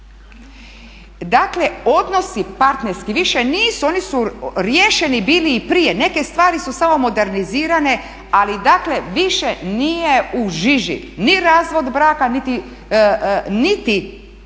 Dakle odnosi partnerski više nisu, oni su riješeni bili i prije, neke stvari su samo modernizirane ali dakle više nije u žiži ni razvod braka niti